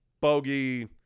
Bogey